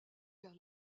vers